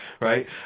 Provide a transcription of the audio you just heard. right